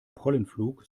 pollenflug